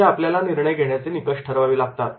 इथे आपल्याला निर्णय घेण्याचे निकष ठरवावे लागतात